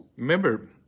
Remember